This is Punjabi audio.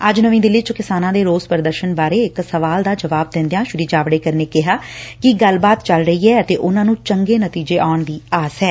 ਅੱਜ ਨਵੀਂ ਦਿੱਲੀ ਚ ਕਿਸਾਨਾਂ ਦੇ ਰੋਸ ਪ੍ਦਰਸ਼ਨ ਬਾਰੇ ਇਕ ਸਵਾਲ ਦਾ ਜਵਾਬ ਦਿੰਦਿਆਂ ਸ੍ੀ ਜਾਵੜੇਕਰ ਨੇ ਕਿਹਾ ਗੱਲਬਾਤ ਚੱਲ ਰਹੀ ਅਤੇ ਐ ਉਨੂਾਂ ਨੂੰ ਚੰਗੇ ਨਤੀਜੇ ਆਉਣ ਦੀ ਆਸ ਐ